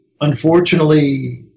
unfortunately